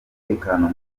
umutekano